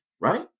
right